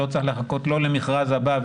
לא צריך לחכות למכרז הבא,